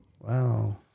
Wow